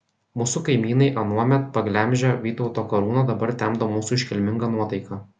mūsų kaimynai anuomet paglemžę vytauto karūną dabar temdo mūsų iškilmingą nuotaiką